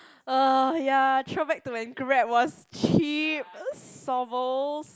uh ya throwback to when Grab was cheap